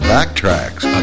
Backtracks